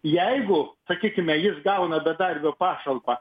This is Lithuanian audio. jeigu sakykime jis gauna bedarbio pašalpą